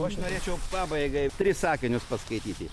o aš norėčiau pabaigai tris sakinius paskaityti